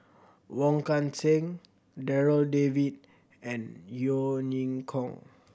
Wong Kan Seng Darryl David and Yeo Ning Hong